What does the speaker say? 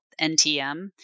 NTM